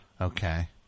Okay